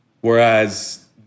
Whereas